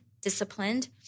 disciplined